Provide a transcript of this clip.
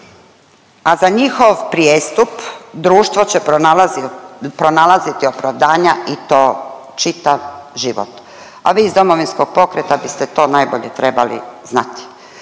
a za njihov prijestup društvo će pronalaziti opravdanja i to čitav život, a vi iz DP biste to najbolje trebali znati.